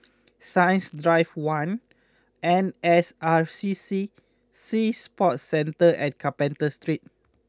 Science Drive one N S R C C Sea Sports Centre and Carpenter Street